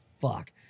fuck